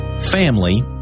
family